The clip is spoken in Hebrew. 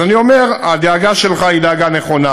אז אני אומר: הדאגה שלך היא דאגה נכונה,